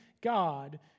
God